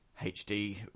HD